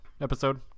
episode